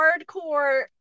hardcore